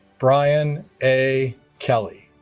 brian a. kelley